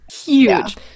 huge